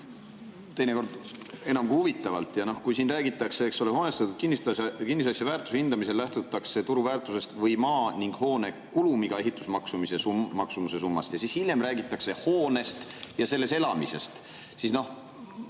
aeg-ajalt enam kui huvitavalt. Kui siin räägitakse, et hoonestatud kinnisasja väärtuse hindamisel lähtutakse turuväärtusest või maa ning hoone kulumiga ehitusmaksumuse summast, ja hiljem räägitakse hoonest ja selles elamisest, siis on